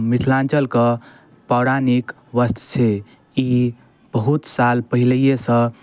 मिथिलाञ्चलके पौराणिक वस्त्र छै ई बहुत साल पहिनहिएसँ